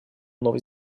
новой